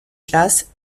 place